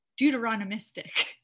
deuteronomistic